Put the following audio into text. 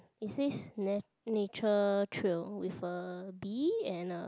it says na~ nature trail with a bee and a